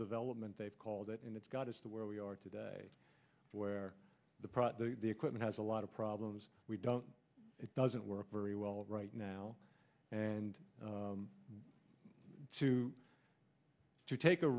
development they've called it and it's got us to where we are today where the equipment has a lot of problems we don't it doesn't work very well right now and to to take a